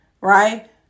right